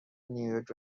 نیویورک